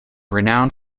renowned